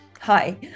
Hi